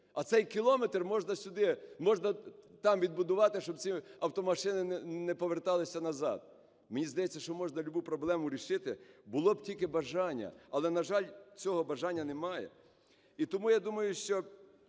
а цей кілометр можна сюди... можна там відбудувати, щоб ці автомашини не поверталися назад. Мені здається, що можна любу проблему рішити, було б тільки бажання. Але, на жаль, цього бажання немає. І тому я думаю, що,